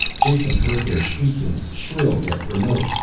jason heard their shriekings, shrill yet remote.